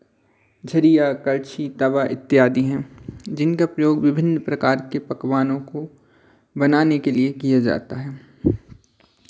छरिया कड़छी तवा इत्यादि हैं जिनका प्रयोग विभिन्न प्रकार के पकवानों को बनाने के लिये किया जाता है